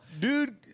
Dude